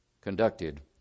conducted